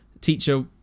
teacher